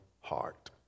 heart